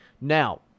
Now